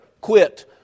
quit